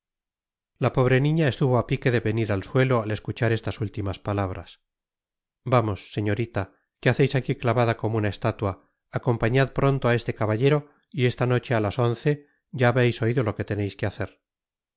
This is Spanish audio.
la pobre niña estuvo á pique de venir al suelo al escuchar estas últimas palabras vamos señorita que haceis aqui clavada como una estátua acompañad pronto á este caballero y esta noche á las once ya habeis oido lo que teneis que hacer